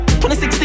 2016